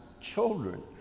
children